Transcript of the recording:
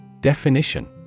Definition